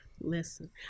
Listen